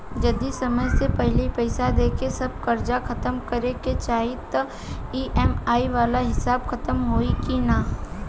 जदी समय से पहिले पईसा देके सब कर्जा खतम करे के चाही त ई.एम.आई वाला हिसाब खतम होइकी ना?